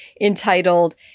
entitled